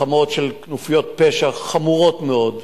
מלחמות של כנופיות פשע, חמורות מאוד,